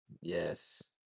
Yes